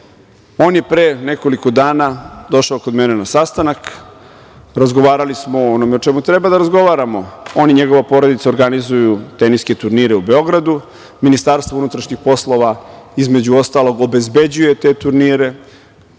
on je pre nekoliko dana došao kod mene na sastanak, razgovarali smo o onome o čemu treba da razgovaramo, on i njegova porodica organizuju teniske turnire u Beogradu. Ministarstvo unutrašnjih poslova, između ostalog, obezbeđuje te turnire,